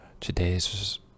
today's